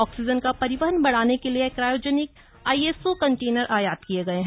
oxygen का परिवहन बढ़ाने के लिए यह क्रायोजेनिक आईएसओ कंटेनर आयात किये गये हैं